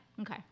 Okay